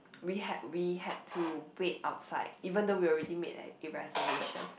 we had we had to wait outside even though we already made like a reservation